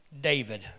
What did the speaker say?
David